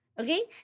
Okay